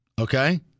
Okay